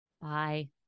Bye